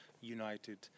united